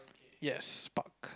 yes park